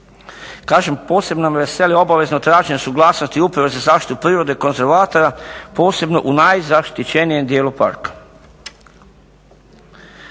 Kažem, posebno me veseli obavezno traženje suglasnosti Uprave za zaštitu prirode konzervatora posebno u najzaštićenijem dijelu parka.